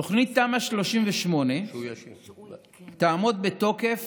תמ"א 38 תעמוד בתוקף